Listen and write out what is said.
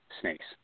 snakes